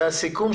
זה הסיכום,